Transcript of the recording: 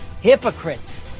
Hypocrites